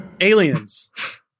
aliens